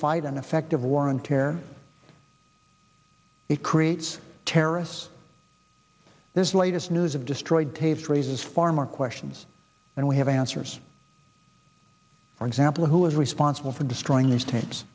fight an effective war on terror it creates terrorists this latest news of destroyed tapes raises far more questions and we have answers for example who is responsible for destroying these tapes